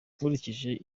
nkurikije